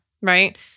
right